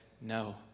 no